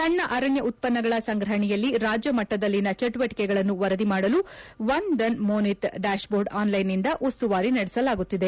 ಸಣ್ಣ ಅರಣ್ಯ ಉತ್ಪನ್ನಗಳ ಸಂಗ್ರಹಣೆಯಲ್ಲಿ ರಾಜ್ಯಮಟ್ಟದಲ್ಲಿನ ಚಟುವಟಿಕೆಗಳನ್ನು ವರದಿ ಮಾಡಲು ವಸ್ದನ್ ಮೋನಿತ್ ಡ್ಲಾಷ್ಬೋರ್ಡ್ ಆನ್ಲೈನ್ನಿಂದ ಉಸ್ತುವಾರಿ ನಡೆಸಲಾಗುತ್ತಿದೆ